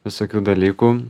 visokių dalykų